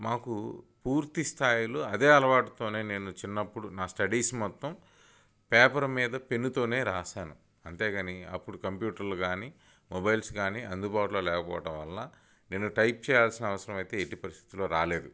మాకు పూర్తిస్థాయిలో అదే అలవాటుతోనే నేను చిన్నప్పుడు నా స్టడీస్ మొత్తం పేపర్ మీద పెన్నుతోనే రాసాను అంతే గానీ అప్పుడు కంప్యూటర్లు గానీ మొబైల్స్ గానీ అందుబాటులో లేకపోవడం వల్ల నేను టైప్ చేయాల్సిన అవసరం అయితే ఎట్టి పరిస్థితిలో రాలేదు